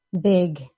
big